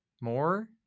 More